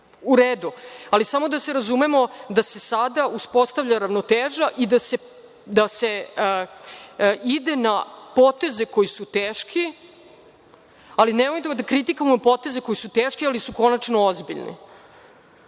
u redu, ali smo da se razumemo da se sada uspostavlja ravnoteža i da se ide na poteze koji su teški, ali nemojmo da kritikujemo poteze koji su teški, ali su konačno ozbiljni. Da